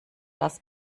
das